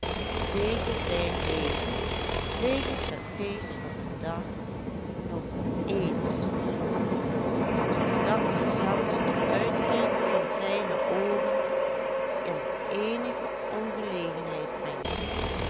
deze zijn heden wegens het feest van den dag nog ééns zoo hoog zoodat ze zelfs de uiteinden van zijne ooren in eenige ongelegenheid brengen